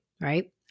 right